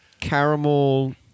caramel